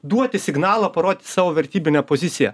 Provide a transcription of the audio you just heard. duoti signalą parodyti savo vertybinę poziciją